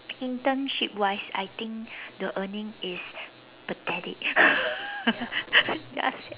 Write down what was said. internship wise I think the earning is pathetic ya sia